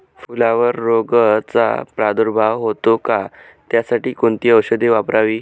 फुलावर रोगचा प्रादुर्भाव होतो का? त्यासाठी कोणती औषधे वापरावी?